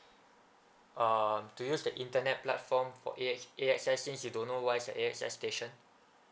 uh to you use the internet platform for A_X A_X_S since you don't know what is a A_X_S station